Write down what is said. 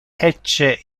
ecce